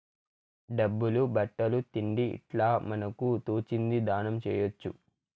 డబ్బులు బట్టలు తిండి ఇట్లా మనకు తోచింది దానం చేయొచ్చు